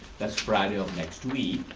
that's friday of next week.